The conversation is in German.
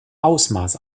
ausmaß